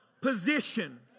position